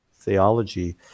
theology